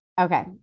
Okay